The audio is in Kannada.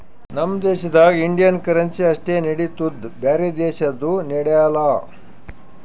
ನಮ್ ದೇಶದಾಗ್ ಇಂಡಿಯನ್ ಕರೆನ್ಸಿ ಅಷ್ಟೇ ನಡಿತ್ತುದ್ ಬ್ಯಾರೆ ದೇಶದು ನಡ್ಯಾಲ್